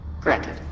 granted